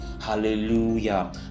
Hallelujah